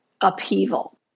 upheaval